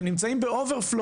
אתם נמצאים ב-oevrflow